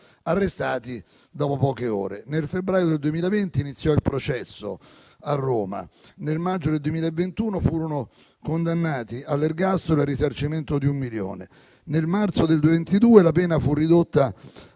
arrestati dopo poche ore. Nel febbraio del 2020 iniziò il processo a Roma, nel maggio del 2021 furono condannati all'ergastolo e al risarcimento di un milione di euro, nel marzo del 2022 la pena fu ridotta